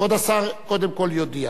כבוד השר קודם כול יודיע.